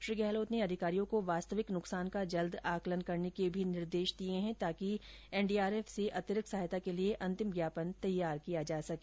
श्री गहलोत ने अधिकारियों को वास्तविक नुकसान का जल्द आकलन करने के निर्देश दिए हैं ताकि एनडीआरएफ से अतिरिक्त सहायता के लिए अंतिम ज्ञापन तैयार किया जा सके